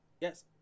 Yes